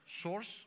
source